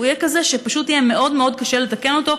הוא יהיה כזה שפשוט יהיה מאוד מאוד קשה לתקן אותו,